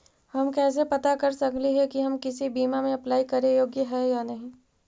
हम कैसे पता कर सकली हे की हम किसी बीमा में अप्लाई करे योग्य है या नही?